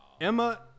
Emma